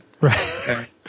Right